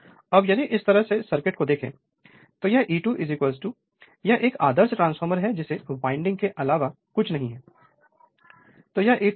Refer Slide Time 2557 अब यदि इस तरह से सर्किट को देखें तो यह E2 यह एक आदर्श ट्रांसफार्मर है जिसमें वाइंडिंग के अलावा कुछ नहीं है